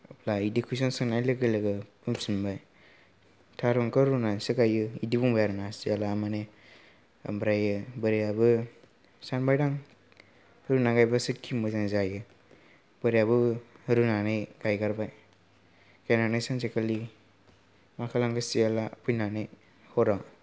दा बिदि कुइसन सोंनाय लोगो लोगो बुंफिनबाय थारुनखौ रुनानैसो गायो बिदि बुंबाय आरो ना सियाला माने ओमफ्राय बोरायाबो सानबायदां रुना गायबासो कि मोजां जायो बोरायाबो रुनानै गायगारबाय गायनानै सानसेखालि मा खालामखो सियाला फैनानै हराव